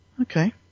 Okay